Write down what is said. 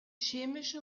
chemische